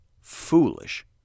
foolish